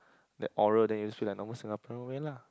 that oral then you speak like normal Singaporean way lah